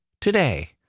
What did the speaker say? today